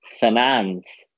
finance